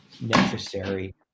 necessary